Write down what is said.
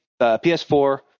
PS4